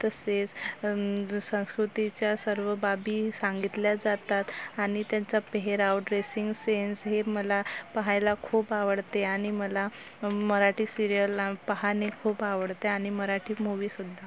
तसेच संस्कृतीच्या सर्व बाबी सांगितल्या जातात आणि त्यांचा पेहराव ड्रेसिंग सेन्स हे मला पाहायला खूप आवडते आणि मला मराठी सिरीयल पाहणे खूप आवडते आणि मराठी मुवि सुद्धा